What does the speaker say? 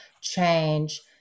change